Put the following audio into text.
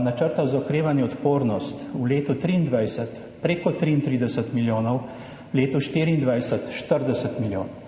Načrta za okrevanje in odpornost v letu 2023 preko 33 milijonov, leto 2024 40 milijonov.